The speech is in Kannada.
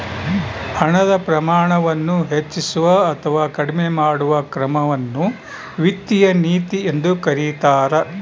ಹಣದ ಪ್ರಮಾಣವನ್ನು ಹೆಚ್ಚಿಸುವ ಅಥವಾ ಕಡಿಮೆ ಮಾಡುವ ಕ್ರಮವನ್ನು ವಿತ್ತೀಯ ನೀತಿ ಎಂದು ಕರೀತಾರ